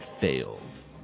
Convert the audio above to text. fails